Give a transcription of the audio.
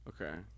Okay